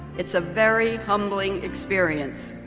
it's a very humbling experience.